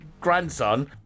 Grandson